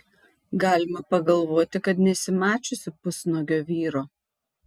galima pagalvoti kad nesi mačiusi pusnuogio vyro